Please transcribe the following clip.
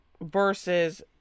versus